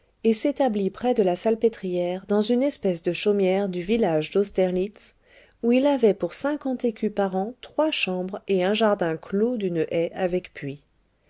et s'établit près de la salpêtrière dans une espèce de chaumière du village d'austerlitz où il avait pour cinquante écus par an trois chambres et un jardin clos d'une haie avec puits